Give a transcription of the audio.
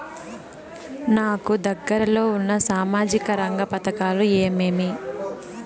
నాకు దగ్గర లో ఉన్న సామాజిక రంగ పథకాలు ఏమేమీ?